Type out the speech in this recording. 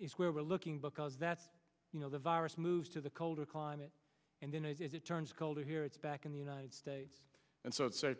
is where we're looking because that's you know the virus moves to the colder climate and then it turns colder here it's back in the united states and so it star